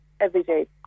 everyday